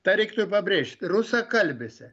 tą reiktų ir pabrėžt rusakalbėse